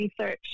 research